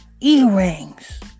earrings